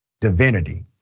divinity